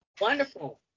Wonderful